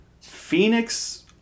Phoenix